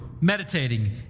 meditating